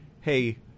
hey